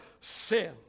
sin